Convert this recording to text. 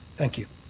thank you.